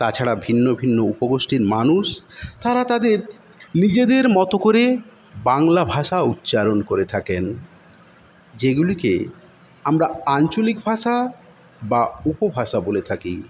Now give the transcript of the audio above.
তাছাড়া ভিন্ন ভিন্ন উপগোষ্ঠীর মানুষ তারা তাদের নিজেদের মতো করে বাংলা ভাষা উচ্চারণ করে থাকেন যেগুলিকে আমরা আঞ্চলিক ভাষা বা উপভাষা বলে থাকি